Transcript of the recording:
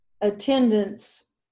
Attendance